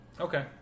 Okay